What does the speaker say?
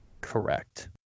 Correct